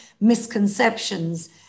misconceptions